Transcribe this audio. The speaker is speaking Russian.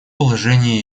положение